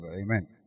Amen